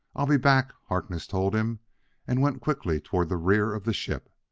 i'll be back, harkness told him and went quickly toward the rear of the ship.